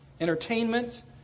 entertainment